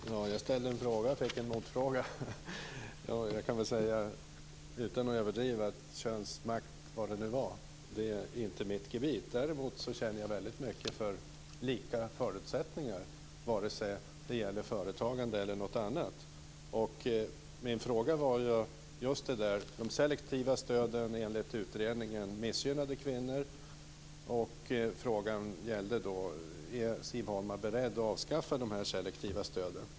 Fru talman! Jag ställde en fråga och fick en motfråga. Jag kan säga, utan att överdriva, att könsmakt inte är mitt gebit. Däremot känner jag väldigt mycket för lika förutsättningar, vare sig det gäller företagande eller något annat. Min fråga gällde just att de selektiva stöden missgynnade kvinnor, enligt utredningen, och frågan gällde då om Siv Holma är beredd att avskaffa de selektiva stöden.